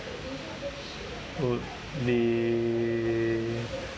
who